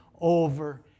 over